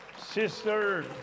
Sister